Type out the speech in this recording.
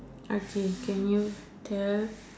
okay can you tell